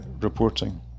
reporting